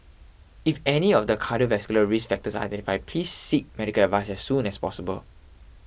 if any of the cardiovascular risk factors are identify please seek medical advice as soon as possible